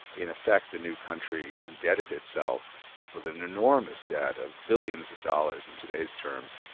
in effect, the new country indebted itself with an enormous debt of billions of dollars in today's terms,